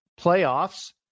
playoffs